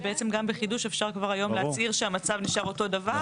שבעצם גם בחידוש אפשר כבר היום להצהיר שהמצב נשאר אותו דבר.